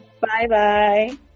Bye-bye